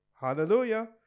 Hallelujah